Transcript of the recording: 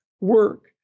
work